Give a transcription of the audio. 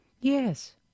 yes